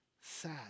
Sad